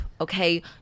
okay